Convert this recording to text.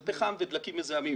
זה פחם ודלקים מזהמים,